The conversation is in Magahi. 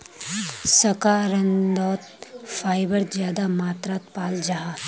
शकार्कंदोत फाइबर ज्यादा मात्रात पाल जाहा